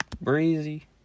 Breezy